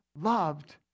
loved